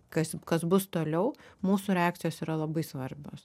kas kas bus toliau mūsų reakcijos yra labai svarbios